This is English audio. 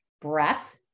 breath